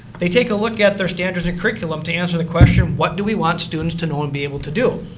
they take a look at their standards and curriculum to answer the question what do we want students to know and be able to do?